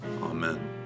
Amen